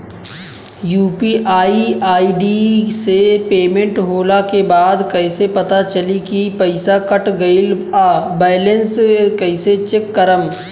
UPI ID से payment होला के बाद कइसे पता चली की पईसा कट गएल आ बैलेंस कइसे चेक करम?